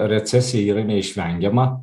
recesija yra neišvengiama